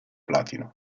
platino